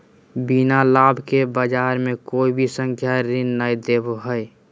बिना लाभ के बाज़ार मे कोई भी संस्था ऋण नय देबो हय